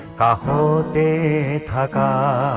da da da